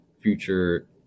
future